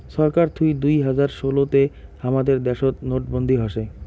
ছরকার থুই দুই হাজার ষোলো তে হামাদের দ্যাশোত নোটবন্দি হসে